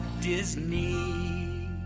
Disney